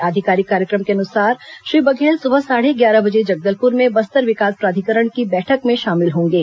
आधिकारिक कार्यक्रम के अनुसार श्री बघेल सुबह साढ़े ग्यारह बजे जगलदपुर में बस्तर विकास प्राधिकरण की बैठक में शामिल होंगे